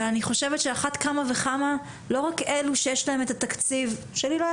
ואני חושבת שאחת כמה וכמה לא רק אלו שיש להם את התקציב שלי לא היה